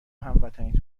هموطنی